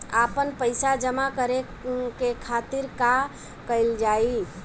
आपन पइसा जमा करे के खातिर का कइल जाइ?